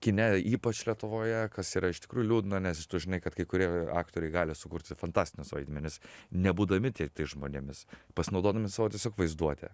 kine ypač lietuvoje kas yra iš tikrųjų liūdna nes tu žinai kad kai kurie aktoriai gali sukurti fantastinius vaidmenis nebūdami tie tais žmonėmis pasinaudodami savo tiesiog vaizduote